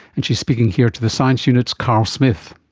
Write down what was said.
and she's speaking here to the science unit's carl smith.